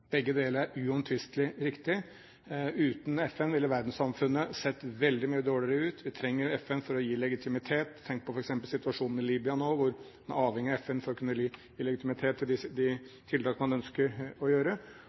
Begge deler er uomtvistelig riktig. Uten FN ville verdenssamfunnet sett veldig mye dårligere ut. Vi trenger FN for å gi legitimitet. Jeg tenker f.eks. på situasjonen i Libya nå, hvor man er avhengig av FN for å gi legitimitet til de tiltakene man ønsker å gjøre.